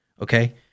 okay